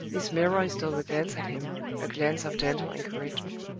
miss milroy stole a glance at him a glance of gentle encouragement.